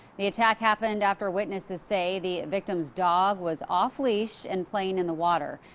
the attack happened after witnesses say the victims' dog was off-leash and playing in the water.